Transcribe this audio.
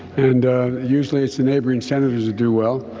and usually it's the neighboring senators who do well.